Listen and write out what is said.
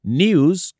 news